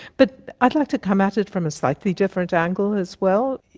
but i'd like to come at it from a slightly different angle as well.